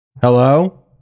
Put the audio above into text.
hello